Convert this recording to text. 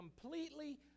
completely